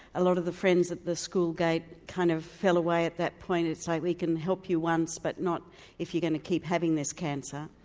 a lot of the friends at the school gate kind of fell away at that point, it's like we can help you once but not if you're going to keep having this cancer.